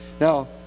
Now